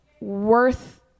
worth